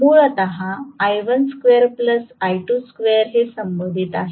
मूलत हे संबंधित आहे